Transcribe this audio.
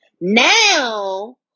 now